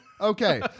Okay